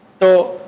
so,